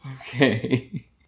Okay